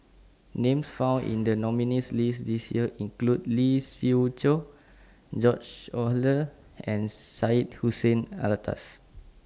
Names found in The nominees' list This Year include Lee Siew Choh George Oehlers and Syed Hussein Alatas